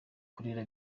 kurera